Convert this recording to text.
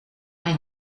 mijn